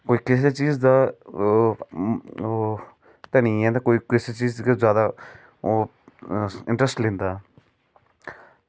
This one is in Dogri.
कोई किसे चीज़ दा धनी ऐ ते कोई किसे चीज़ दा ओह् इंटरस्ट लैंदा